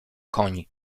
koń